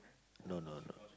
no no no